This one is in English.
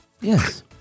Yes